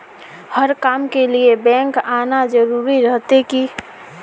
हर काम के लिए बैंक आना जरूरी रहते की?